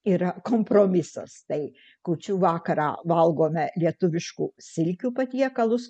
yra kompromisas tai kūčių vakarą valgome lietuviškų silkių patiekalus